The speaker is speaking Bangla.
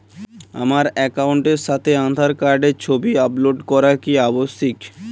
আমার অ্যাকাউন্টের সাথে আধার কার্ডের ছবি আপলোড করা কি আবশ্যিক?